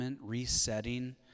resetting